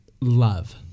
love